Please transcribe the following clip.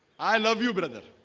i love you, brother